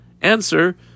Answer